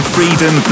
Freedom